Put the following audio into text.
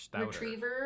retriever